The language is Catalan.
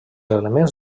elements